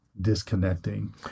disconnecting